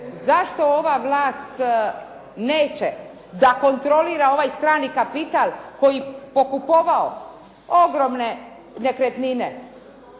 Zašto ova vlast neće da kontrolira ovaj strani kapital koji je pokupovao ogromne nekretnine?